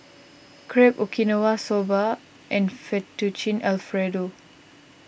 Crepe Okinawa Soba and Fettuccine Alfredo